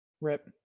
Rip